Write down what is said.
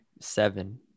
Seven